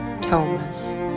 Thomas